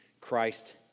Christ